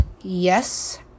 Yes